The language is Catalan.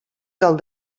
del